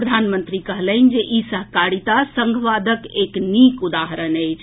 प्रधानमंत्री कहलनि जे ई सहकारिता संघवादक एक नीक उदाहरण अछि